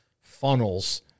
funnels